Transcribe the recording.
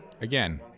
Again